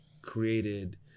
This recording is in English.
created